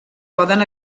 poden